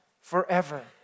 forever